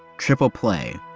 triple play,